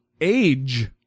age